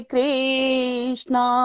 Krishna